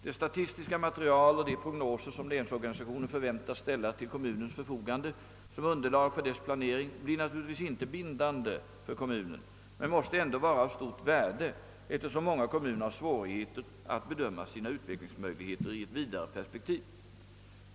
Det statistiska material och de prognoser som länsorganisationen förväntas ställa till kommunens förfogande som underlag för dess planering blir naturligtvis inte bindande för kommunen men måste ändå vara av stort värde, eftersom många kommuner har svårigheter att bedöma sina utvecklingsmöjligheter i ett vidare perspektiv.